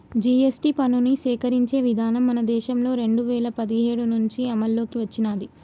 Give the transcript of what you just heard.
GST పన్నుని సేకరించే విధానం మన దేశంలో రెండు వేల పదిహేడు నుంచి అమల్లోకి వచ్చినాది